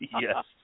yes